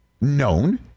known